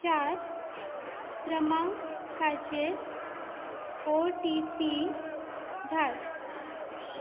चार क्रमांकाचेर O T P धाड